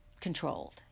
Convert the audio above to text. controlled